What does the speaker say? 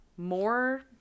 More